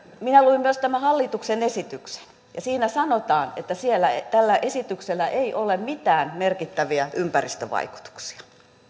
minä luin myös tämän hallituksen esityksen ja siinä sanotaan että tällä esityksellä ei ole mitään merkittäviä ympäristövaikutuksia